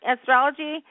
astrology